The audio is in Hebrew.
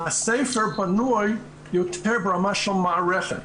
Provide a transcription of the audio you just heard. הספר בנוי יותר ברמה של מערכת.